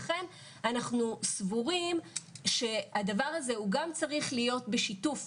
פעם כדי לקבל אישור מילואים היית צריך לחתום,